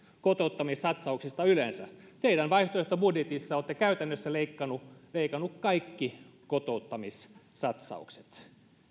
kotouttamissatsauksista yleensä teidän vaihtoehtobudjetissanne olette käytännössä leikanneet leikanneet kaikki kotouttamissatsaukset